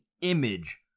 image